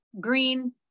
green